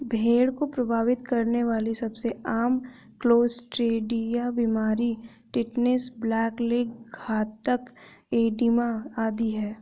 भेड़ को प्रभावित करने वाली सबसे आम क्लोस्ट्रीडिया बीमारियां टिटनेस, ब्लैक लेग, घातक एडिमा आदि है